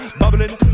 bubbling